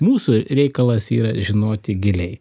mūsų reikalas yra žinoti giliai